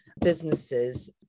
businesses